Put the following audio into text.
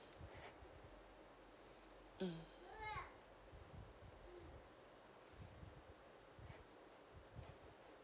mm